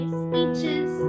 speeches